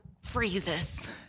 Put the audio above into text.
freezes